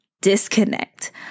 disconnect